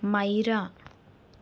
Myra